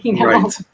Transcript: Right